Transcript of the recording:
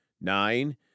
Nine